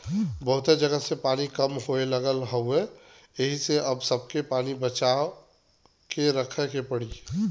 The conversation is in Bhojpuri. बहुते जगह से पानी खतम होये लगल हउवे एही से अब सबके पानी के बचा के रखे के पड़ी